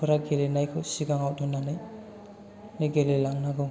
फोरा गेलेनायखौ सिगाङाव दोन्नानै गेलेलांनांगौ